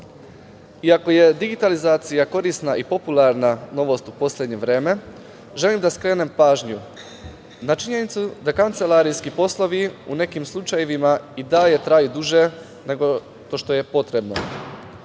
je digitalizacija korisna i popularna novost u poslednje vreme, želim da skrenem pažnju na činjenicu da kancelarijski poslovi u nekim slučajevima i dalje traju duže nego što je potrebno.